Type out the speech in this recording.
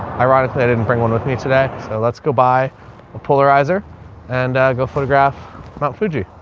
ironically i didn't bring one with me today, so let's go buy a polarizer and a go photograph about fuji.